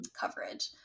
coverage